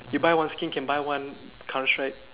you buy one skin can buy one counter strike